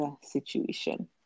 situation